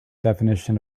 definition